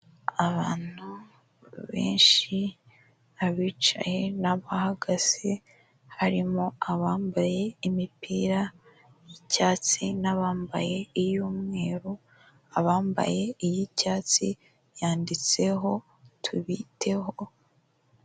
Abantu benshi, abicayeyi n'abahagaze harimo abambaye imipira y'icyatsi n'abambaye iy'umweru. Abambaye iy'icyatsi yanditseho tubiteho.